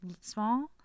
small